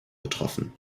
betroffen